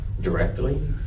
directly